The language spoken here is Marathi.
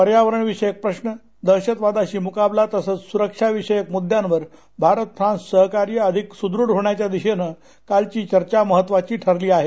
पर्यावरण विषयक प्रश्न दहशतवादाशी मुकाबला तसंच सुरक्षा विषयक मुद्द्यावर भारत फ्रान्स सहकार्य अधिक सुदृढ होण्याच्या दिशेनं कालची चर्चा महत्वाची ठरली आहे